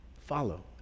follow